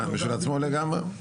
משל עצמו לגמרי,